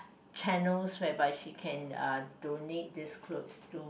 channels whereby she can uh donate these clothes to